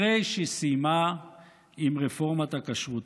אחרי שסיימה עם רפורמת הכשרות.